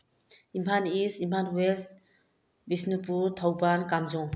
Imphal is Imphal was Bishnupur Thoubal Kamjong